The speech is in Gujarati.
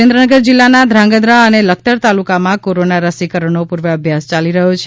સુરેન્દ્રનગર જિલ્લાના ધ્રાંગધ્રા અને લખતર તાલુકામાં કોરોના રસીકરણનો પૂર્વાઅભ્યાસ યાલી રહ્યો છે